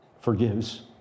forgives